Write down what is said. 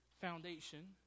foundation